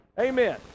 Amen